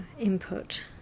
input